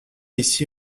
ici